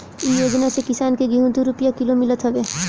इ योजना से किसान के गेंहू दू रूपिया किलो मितल हवे